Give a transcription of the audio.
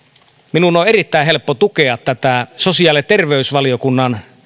minun on erittäin helppo tukea tätä sosiaali ja terveysvaliokunnan